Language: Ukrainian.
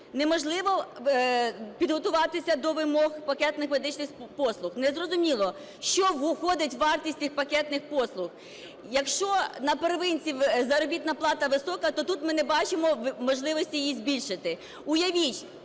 неможливо підготуватися до вимог пакету медичних послуг. Не зрозуміло, що входить у вартість цих пакетних послуг, якщо на первинці заробітна плата висока, то тут ми не бачимо можливості її збільшити.